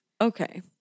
okay